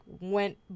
went